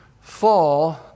fall